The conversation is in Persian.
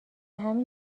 همین